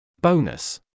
Bonus